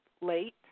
late